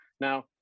Now